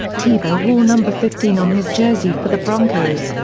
tebow wore number fifteen on his jersey for the broncos,